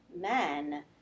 men